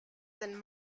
than